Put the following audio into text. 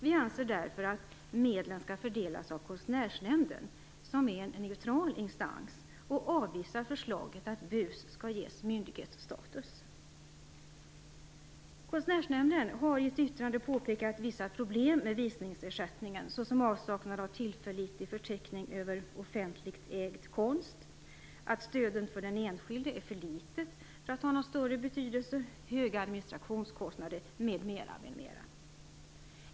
Vi anser därför att medlen skall fördelas av Konstnärsnämden, som är en neutral instans, och avvisar förslaget att BUS skall ges myndighetsstatus. Konstnärsnämnden har i ett yttrande påpekat vissa problem med visningsersättningen såsom avsaknad av en tillförlitlig förteckning över offentligt ägd konst, att stödet för den enskilde är för litet för att ha någon större betydelse, höga administrationskostnader m.m.